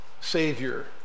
savior